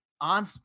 on